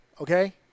Okay